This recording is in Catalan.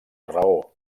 raó